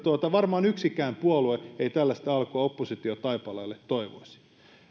varmaan yksikään puolue ei tällaista alkua oppositiotaipaleelle toivoisi